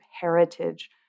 heritage